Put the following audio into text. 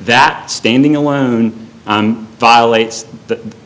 that standing alone violates the